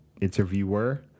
interviewer